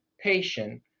patient